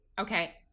Okay